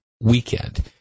weekend